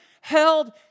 held